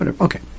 Okay